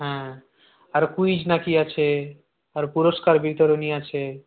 হ্যাঁ আর ক্যুইজ নাকি আছে আর পুরষ্কার বিতরণী আছে